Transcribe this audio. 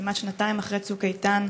כמעט שנתיים אחרי "צוק איתן",